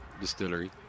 distillery